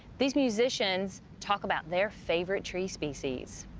these musicians talk about their favorite tree species.